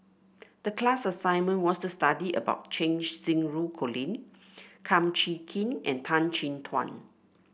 the class assignment was to study about Cheng Xinru Colin Kum Chee Kin and Tan Chin Tuan